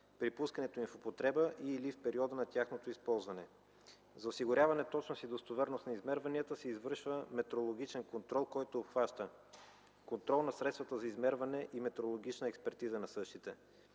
при пускането им в употреба или в периода на тяхното използване. За осигуряване точност и достоверност на измерванията се извършва метрологичен контрол, който обхваща контрол на средствата за измерване и метрологична експертиза на същите.